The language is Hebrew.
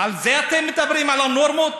על זה אתם מדברים על הנורמות?